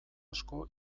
asko